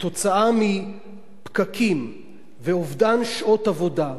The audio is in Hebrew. כתוצאה מפקקים ואובדן שעות עבודה,